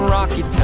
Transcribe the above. Rocky